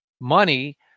money